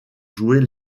jouer